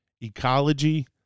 ecology